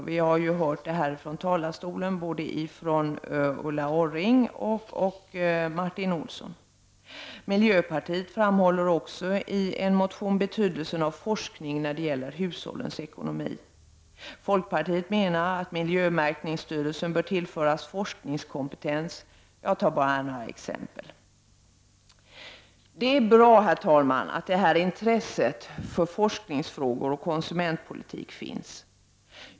Både Ulla Orring och Martin Olsson har vi hört tala om detta. Miljöpartiet framhåller i en motion betydelsen av forskning om hushållens ekonomi. Folkpartiet menar att miljömärkningsstyrelsen bör tillföras forskningskompetens. Detta var några exemepel. Det är bra att det finns intresse för forskning och konsumentpolitik.